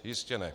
Jistě ne.